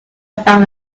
found